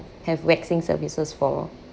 have waxing services for